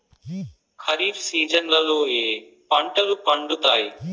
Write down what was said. ఖరీఫ్ సీజన్లలో ఏ ఏ పంటలు పండుతాయి